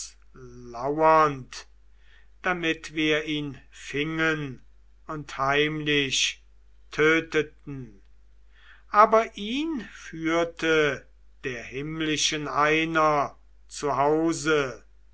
damit wir ihn fingen und heimlich töteten aber ihn führte der himmlischen einer zu